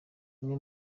umwe